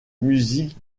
musique